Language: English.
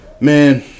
man